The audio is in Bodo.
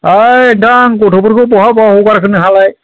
ओइ नोंथां गथ'फोरखौ बहा बहा हगारखो नोंहालाय